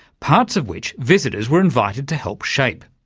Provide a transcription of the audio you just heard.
parts of which visitors were invited to help shape.